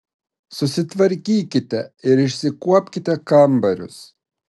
susitvarkykite ir išsikuopkite kambarius